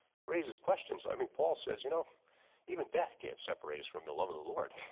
and it raises questions. i mean paul says, you know even death can't separate us from the love of the lord.